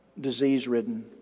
disease-ridden